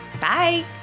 Bye